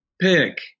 pick